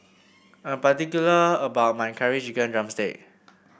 I am particular about my Curry Chicken drumstick